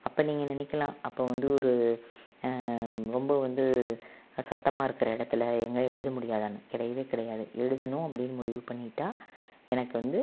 அப்போ நீங்கள் நினைக்கலாம் அப்போ வந்து ஒரு ரொம்ப வந்து சத்தமாக இருக்கிற இடத்துல எங்க எழுத முடியாதான்னு கிடையவே கிடையாது எழுதணும் அப்படின்னு முடிவு பண்ணிட்டால் எனக்கு வந்து